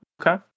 Okay